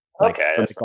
okay